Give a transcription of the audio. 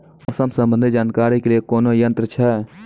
मौसम संबंधी जानकारी ले के लिए कोनोर यन्त्र छ?